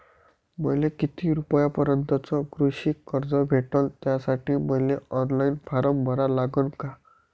मले किती रूपयापर्यंतचं कृषी कर्ज भेटन, त्यासाठी मले ऑनलाईन फारम भरा लागन का?